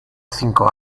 cinco